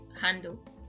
handle